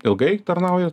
ilgai tarnauja